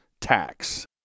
tax